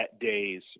day's